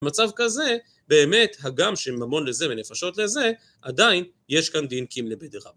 מצב כזה, באמת הגם שממון לזה ומנפשות לזה, עדיין יש כאן דינקים לבדירה.